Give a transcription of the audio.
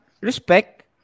Respect